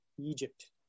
Egypt